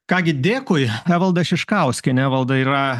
ką gi dėkui evalda šiškauskienė evalda yra